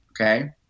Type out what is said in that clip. Okay